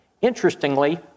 Interestingly